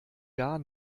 gar